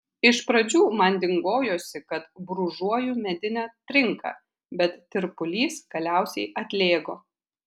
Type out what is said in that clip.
iš pradžių man dingojosi kad brūžuoju medinę trinką bet tirpulys galiausiai atlėgo